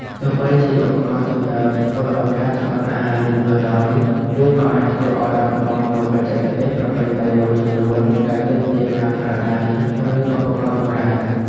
ទោះបីជាឧបករណ៍ទំនើបធ្វើឱ្យការចម្អិនអាហារលឿនក៏ដោយ វាក៏អាចធ្វើឱ្យបាត់បង់នូវបច្ចេកទេសប្រពៃណីមួយចំនួនដែលទាមទារការប្រើដៃ ឬឧបករណ៍បុរាណ។